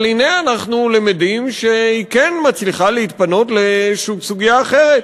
אבל הנה אנחנו למדים שהיא כן מצליחה להתפנות לסוגיה אחרת,